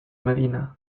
medina